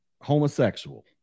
homosexual